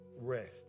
rest